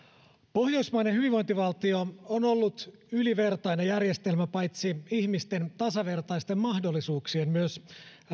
pohjoismainen hyvinvointivaltio on ollut ylivertainen järjestelmä paitsi ihmisten tasavertaisten mahdollisuuksien myös